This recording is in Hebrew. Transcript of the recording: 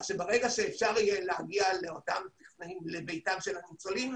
ברגע שאפשר יהיה להגיע לביתם של הניצולים,